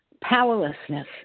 Powerlessness